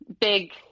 Big